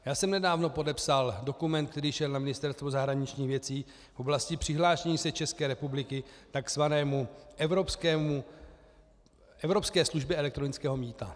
Já jsem nedávno podepsal dokument, který šel na Ministerstvo zahraničních věcí v oblasti přihlášení se České republiky k tzv. evropské službě elektronického mýta.